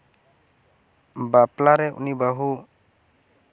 ᱵᱟᱯᱞᱟ ᱨᱮ ᱩᱱᱤ ᱵᱟ ᱦᱩ